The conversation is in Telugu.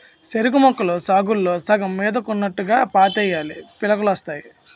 సెరుకుముక్కలు సాలుల్లో సగం మీదకున్నోట్టుగా పాతేయాలీ పిలకలొత్తాయి